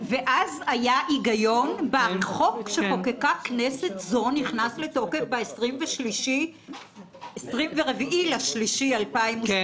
ואז היה היגיון בחוק שחוקקה כנסת זו ונכנס לתוקף ב-24 במרס 2017